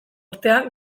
urtea